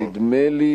נדמה לי